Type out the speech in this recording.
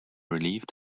relieved